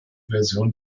version